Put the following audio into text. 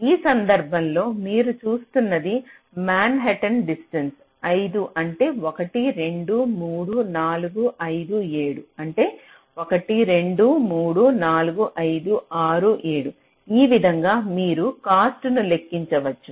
ఈ సందర్భంలో మీరు చూస్తున్నది మాన్హాటన్ డిస్టెన్స్ 5 అంటే 1 2 3 4 5 7 అంటే 1 2 3 4 5 6 7 ఈ విధంగా మీరు కాస్ట్ ను లెక్కించవచ్చు